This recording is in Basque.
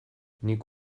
nik